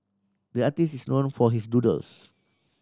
the artist is known for his doodles